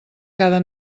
cada